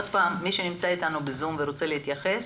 עוד פעם, מי שנמצא איתנו בזום ורוצה להתייחס,